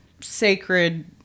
sacred